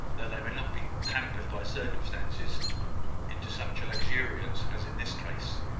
though they may not be pampered by circumstances into such a luxuriance as in this case.